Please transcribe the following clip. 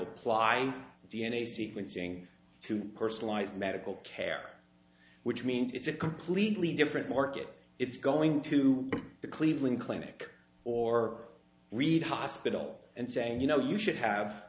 apply d n a sequencing to personalized medical care which means it's a completely different market it's going to the cleveland clinic or reed hospital and saying you know you should have